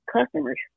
customers